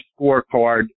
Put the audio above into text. scorecard